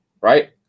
right